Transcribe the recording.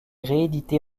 réédités